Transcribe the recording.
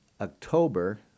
October